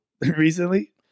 Recently